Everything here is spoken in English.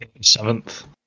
Seventh